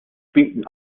spielten